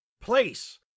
place